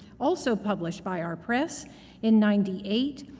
also published by our press in ninety eight,